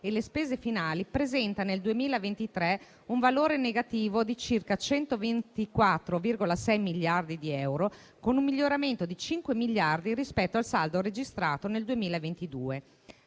e le spese finali, presenta nel 2023 un valore negativo di circa 124,6 miliardi di euro, con un miglioramento di 5 miliardi rispetto al saldo registrato nel 2022.